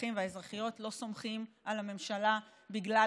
והאזרחים והאזרחיות לא סומכים על הממשלה בגלל